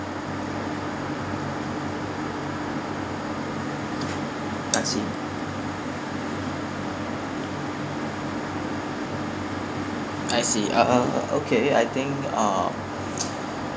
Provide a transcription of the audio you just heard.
I see I see uh okay I think uh